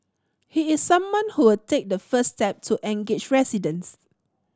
he is someone who will take the first step to engage residents